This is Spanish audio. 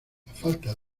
falta